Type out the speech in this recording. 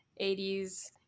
80s